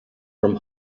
from